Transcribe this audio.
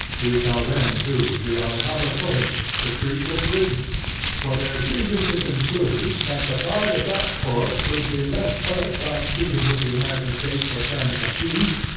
we shall then too, be on a proper footing, to treat with britain for there is reason to conclude, that the pride of that court, will be less hurt by treating with the american states for terms of peace,